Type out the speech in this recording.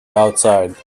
outside